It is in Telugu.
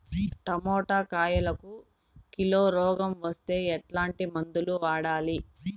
టమోటా కాయలకు కిలో రోగం వస్తే ఎట్లాంటి మందులు వాడాలి?